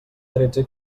tretze